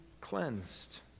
cleansed